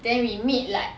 then we meet like